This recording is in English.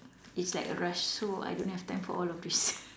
it's like a rush so I don't have time for all of this